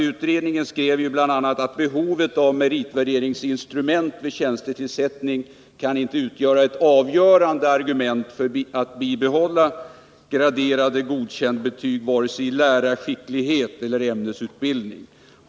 Utredningen skrev bl.a. att behovet av meritvärderingsinstrument vid tjänstetillsättning inte kan utgöra ett avgörande argument för att bibehålla graderade godkänd-betyg vare sig i lärarskicklighet eller i ämnesutbildning.